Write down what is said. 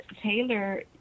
Taylor